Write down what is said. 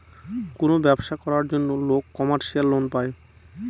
কোনো ব্যবসা করার জন্য লোক কমার্শিয়াল লোন পায়